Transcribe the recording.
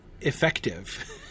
effective